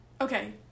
Okay